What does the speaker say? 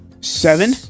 seven